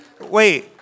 Wait